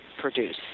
produce